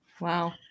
Wow